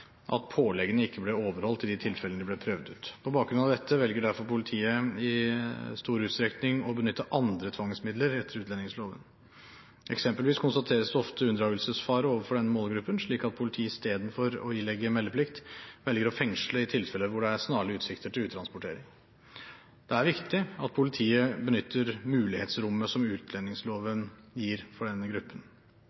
at påleggene ikke ble overholdt i de tilfellene de ble prøvd ut. På bakgrunn av dette velger derfor politiet i stor utstrekning å benytte andre tvangsmidler etter utlendingsloven. Eksempelvis konstateres det ofte unndragelsesfare overfor denne målgruppen, slik at politiet istedenfor å ilegge meldeplikt velger å fengsle i tilfeller der det er snarlige utsikter til uttransportering. Det er viktig at politiet benytter mulighetsrommet som